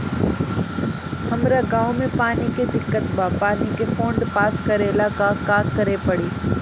हमरा गॉव मे पानी के दिक्कत बा पानी के फोन्ड पास करेला का करे के पड़ी?